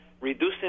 reducing